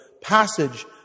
passage